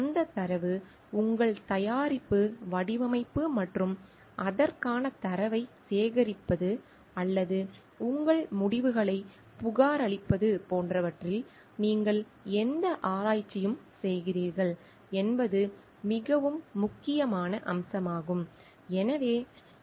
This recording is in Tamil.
அந்தத் தரவு உங்கள் தயாரிப்பு வடிவமைப்பு மற்றும் அதற்கான தரவைச் சேகரிப்பது அல்லது உங்கள் முடிவுகளைப் புகாரளிப்பது போன்றவற்றில் நீங்கள் எந்த ஆராய்ச்சியும் செய்கிறீர்கள் என்பது மிகவும் முக்கியமான அம்சமாகும்